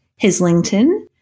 Heslington